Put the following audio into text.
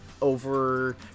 over